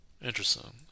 Interesting